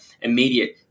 immediate